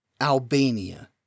Albania